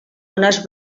unes